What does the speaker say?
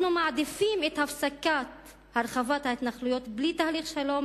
אנחנו מעדיפים את הפסקת הרחבת ההתנחלויות בלי תהליך שלום,